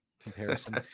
comparison